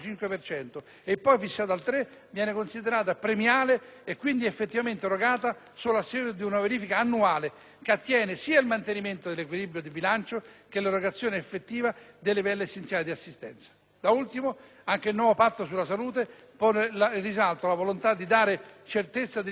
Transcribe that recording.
viene considerata premiale e, quindi, effettivamente erogata solo a seguito di una verifica annuale che attiene sia al mantenimento dell'equilibrio di bilancio che all'erogazione effettiva dei livelli essenziali di assistenza. Da ultimo, anche il nuovo Patto sulla salute pone in risalto la volontà di dare certezza di risorse per il Servizio sanitario nazionale.